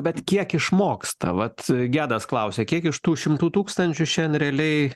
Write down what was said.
bet kiek išmoksta vat gedas klausia kiek iš tų šimtų tūkstančių šiandien realiai